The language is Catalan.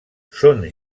són